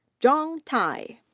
zhong thai.